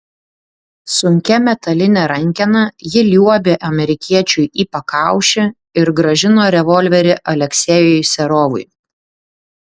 sunkia metaline rankena ji liuobė amerikiečiui į pakaušį ir grąžino revolverį aleksejui serovui